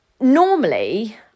normally